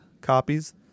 copies